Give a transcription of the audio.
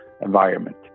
environment